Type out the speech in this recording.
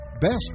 BEST